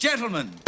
Gentlemen